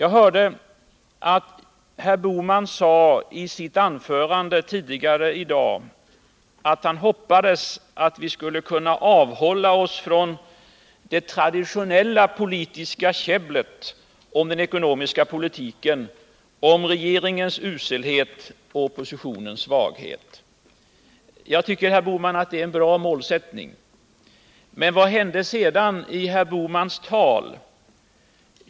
Gösta Bohman sade i sitt anförande tidigare i dag att han hoppades att vi skulle kunna avhålla oss från det traditionella käbblet om den ekonomiska politiken, om regeringens uselhet och oppositionens svaghet. Jag tycker att det är en bra målsättning. Men vad hände sedan i herr Bohmans tal?